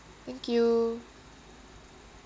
thank you